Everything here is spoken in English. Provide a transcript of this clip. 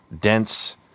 Dense